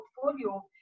portfolio